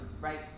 right